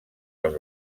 als